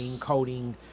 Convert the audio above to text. coding